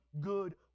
good